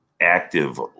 active